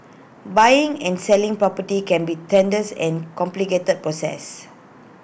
buying and selling property can be tedious and complicated process